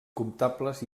comptables